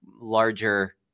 larger